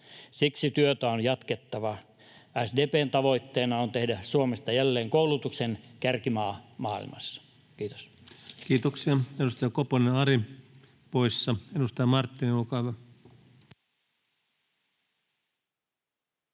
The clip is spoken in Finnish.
siksi työtä on jatkettava. SDP:n tavoitteena on tehdä Suomesta jälleen koulutuksen kärkimaa maailmassa. — Kiitos. Kiitoksia. — Edustaja Koponen, Ari poissa. — Edustaja Marttinen, olkaa hyvä.